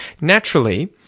Naturally